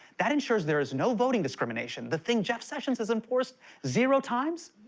that ensures there is no voting discrimination. the thing jeff sessions has enforced zero times.